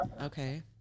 Okay